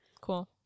cool